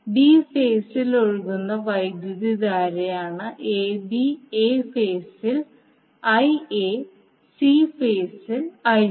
B ഫേസിൽ ഒഴുകുന്ന വൈദ്യുതധാരയാണ് ഐബി എ ഫേസിൽ ഐഎ സി ഫേസിൽ ഐസി